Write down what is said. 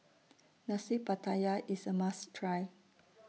Nasi Pattaya IS A must Try